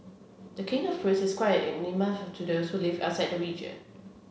the king of fruits is quite an enigma to those who live outside the region